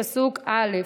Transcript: פסוק א':